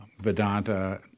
Vedanta